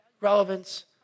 relevance